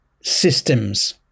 systems